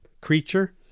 creature